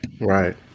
Right